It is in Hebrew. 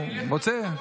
היושב-ראש,